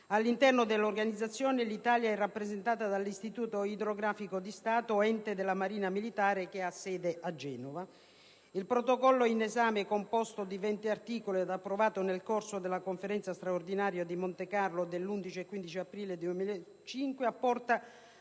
All'interno dell'Organizzazione l'Italia è rappresentata dall'Istituto idrografico di Stato, ente della Marina militare, che ha sede a Genova. Il Protocollo in esame, composto di 20 articoli ed approvato nel corso della Conferenza straordinaria di Montecarlo dell'11-15 aprile 2005, apporta